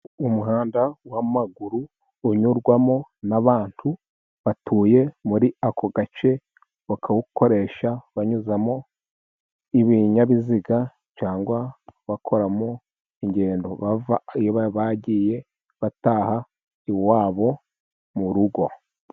Umuhanda w'amaguru unyurwamo n'abantu batuye muri ako gace ,bakawukoresha banyuzamo ibinyabiziga, cyangwa bakoramo ingendo ,bava iyo bari bagiye ,bataha iwabo mu rugo.